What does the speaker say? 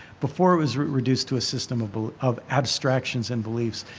before it was reduced to a system but of abstractions and beliefs.